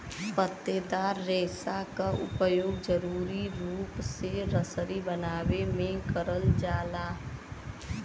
पत्तेदार रेसा क उपयोग जरुरी रूप से रसरी बनावे में करल जाला